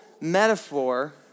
metaphor